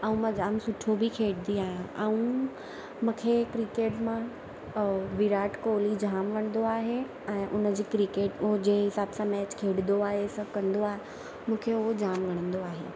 ऐं मां जाम सुठो बि खेॾंदी आहियां ऐं मूंखे क्रिकेट मां विराट कोहली जाम वणंदो आहे ऐं हुनजी क्रिकेट उहो जे हिसाबु सां मैच खेॾंदो आहे सभु कंदो आहे मूंखे उहो जाम वणंदो आहे